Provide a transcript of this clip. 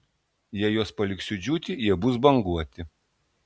jeigu juos paliksiu džiūti jie bus banguoti